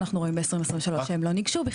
אנחנו רואים ב-2023 שהם לא נגשו בכלל.